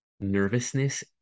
nervousness